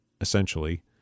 essentially